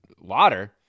Water